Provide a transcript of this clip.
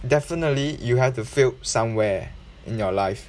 definitely you have to failed somewhere in your life